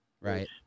right